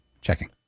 checking